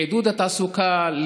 לעידוד התעסוקה,